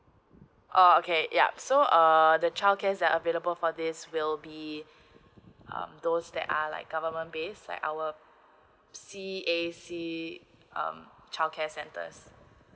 oh okay yup so err the childcare that available for this will be um those that are like government base like our C_A_C uh childcare centers